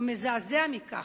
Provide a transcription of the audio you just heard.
או מזעזע מכך,